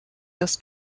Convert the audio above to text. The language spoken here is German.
dass